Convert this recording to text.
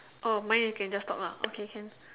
oh mine is can just talk lah okay can